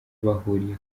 bahuriye